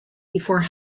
before